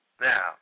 Now